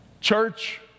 church